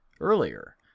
earlier